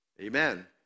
Amen